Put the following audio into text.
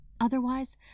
Otherwise